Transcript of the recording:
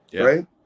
right